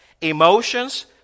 emotions